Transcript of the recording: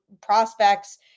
prospects